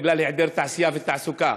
בגלל היעדר תעשייה ותעסוקה.